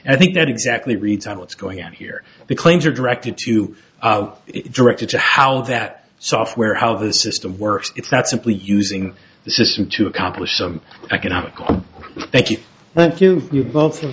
and i think that exactly reads on what's going on here the claims are directed to you is directed to how that software how the system works it's not simply using the system to accomplish some economical thank you thank you for you bot